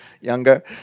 younger